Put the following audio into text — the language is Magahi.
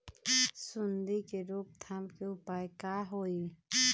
सूंडी के रोक थाम के उपाय का होई?